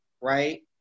right